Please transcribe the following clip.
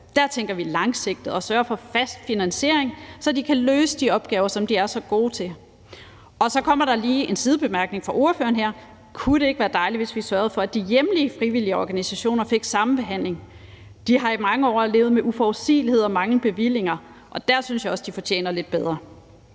Der tænker vi langsigtet og sørger for fast finansiering, så de kan løse de opgaver, som de er så gode til. Og så kommer der lige en sidebemærkning fra ordføreren her: Kunne det ikke være dejligt, hvis vi sørgede for, at de hjemlige frivillige organisationer fik samme behandling? De har i mange år levet med uforudsigelighed og manglende bevillinger, og der synes jeg også, de fortjener lidt bedre.